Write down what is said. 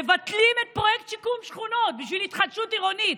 מבטלים את פרויקט שיקום שכונות בשביל התחדשות עירונית.